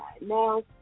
Now